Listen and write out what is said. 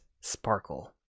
sparkle